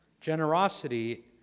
Generosity